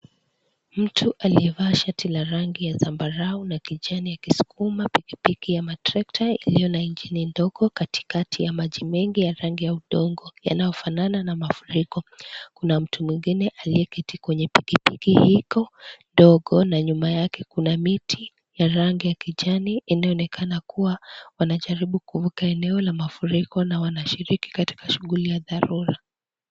Mtu aliyevaa shati la rangi ya zambarau na kijani ya kisukuma pikipiki ya matrekta iliyo na injini ndogo katikati ya maji mengi ya rangi ya udogo yanayofanana na mafuriko. Kuna mtu mwingine aliyeketi kwenye pikipiki hiko dogo na nyuma yake kuna miti ya rangi ya kijani inayoonekana kuwa wanajaribu kuvuka eneo la mafuriko na wanashiriki katika shughuli ya dharura.